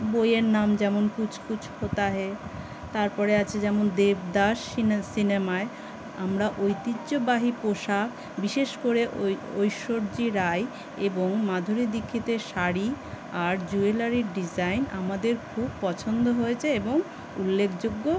বইয়ের নাম যেমন কুছ কুছ হোতা হ্যায় তারপরে আছে যেমন দেবদাস শিনে সিনেমায় আমরা ঐতিহ্যবাহী পোশাক বিশেষ করে ঐশ্বর্য রাই এবং মাধুরী দীক্ষিতের শাড়ি আর জুয়েলারির ডিজাইন আমাদের খুব পছন্দ হয়েছে এবং উল্লেখযোগ্য